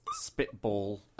Spitball